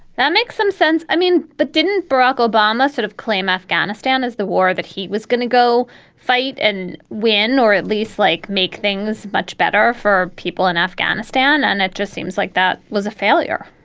that makes some sense. i mean, but didn't barack obama sort of claim afghanistan as the war that he was going to go fight and win or at least like make things much better for people in afghanistan? and it just seems like that was a failure